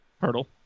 Hurdle